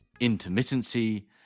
Intermittency